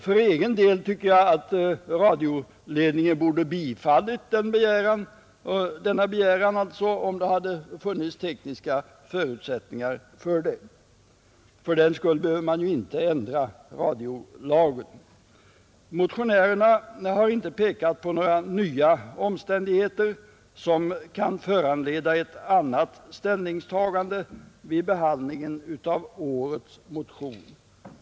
För egen del tycker jag att radioledningen borde ha bifallit denna begäran, om de tekniska förutsättningarna hade funnits. Fördenskull behöver man ju inte ändra radiolagen. Motionärerna har inte pekat på några ny omständigheter, som kan föranleda ett annat ställningstagande vid behandlingen av årets motion.